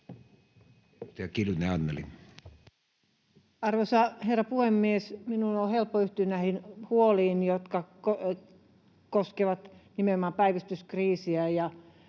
Arvoisa herra puhemies! Minun on helppo yhtyä näihin huoliin, jotka koskevat nimenomaan päivystyskriisiä.